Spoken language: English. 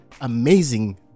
amazing